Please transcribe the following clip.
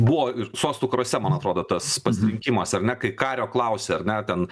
buvo sostų karuose man atrodo tas pasirinkimas ar ne kai kario klausia ar ne ten